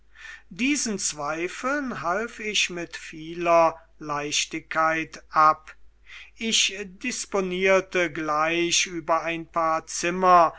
diesen zweifeln half ich mit vieler leichtigkeit ab ich disponierte gleich über ein paar zimmer